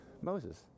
Moses